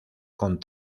con